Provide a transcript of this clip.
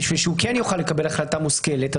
בשביל שהוא כן יוכל לקבל החלטה מושכלת.